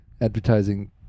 advertising